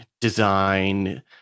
design